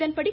இதன்படி